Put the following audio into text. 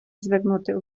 звернути